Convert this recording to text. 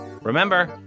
Remember